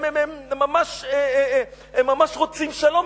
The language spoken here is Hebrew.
הם ממש רוצים שלום.